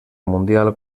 mundial